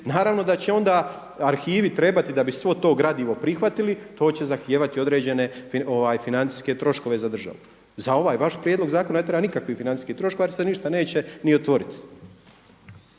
naravno da će onda arhivi trebati da bi svo to gradivo prihvatili to će zahtijevati određene financijske troškove za državu. Za ovaj vaš prijedlog zakona ne treba nikakvih financijskih troškova jer se ništa neće ni otvoriti.